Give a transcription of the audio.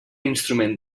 instrument